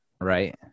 right